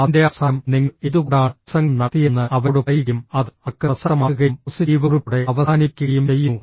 അതിന്റെ അവസാനം നിങ്ങൾ എന്തുകൊണ്ടാണ് പ്രസംഗം നടത്തിയതെന്ന് അവരോട് പറയുകയും അത് അവർക്ക് പ്രസക്തമാക്കുകയും പോസിറ്റീവ് കുറിപ്പോടെ അവസാനിപ്പിക്കുകയും ചെയ്യുന്നു